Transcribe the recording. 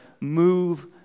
move